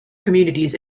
communities